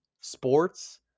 sports